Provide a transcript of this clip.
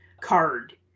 card